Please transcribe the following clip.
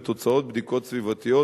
ותוצאות בדיקות סביבתיות,